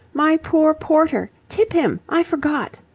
my poor porter! tip him. i forgot.